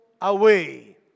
away